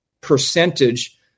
percentage